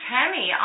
Tammy